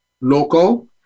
local